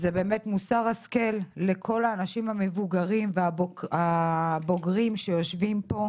זה באמת מוסר השכל לכל האנשים המבוגרים והבוגרים שיושבים פה,